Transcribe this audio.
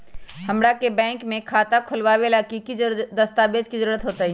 हमरा के बैंक में खाता खोलबाबे ला की की दस्तावेज के जरूरत होतई?